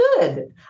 good